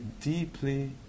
deeply